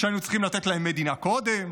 שהיינו צריכים לתת להם מדינה קודם,